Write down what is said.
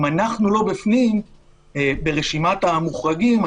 אם אנחנו לא בפנים ברשימת המוחרגים,